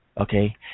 Okay